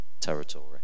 territory